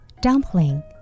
Dumpling